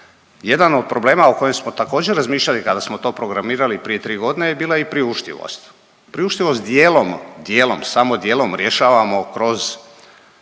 Jedan od problema o kojem smo također razmišljali kada smo to programirali i prije 3 godine je bila i priuštivost. Priuštivost dijelom, dijelom, samo dijelom rješavamo kroz